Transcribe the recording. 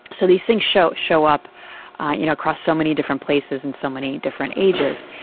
so these things show show up you know across so many different places and so many different ages.